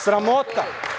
Sramota.